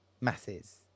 Masses